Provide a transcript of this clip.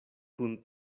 kun